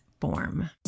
form